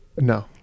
No